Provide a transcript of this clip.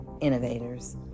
innovators